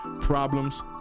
problems